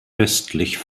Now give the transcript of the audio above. östlich